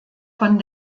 von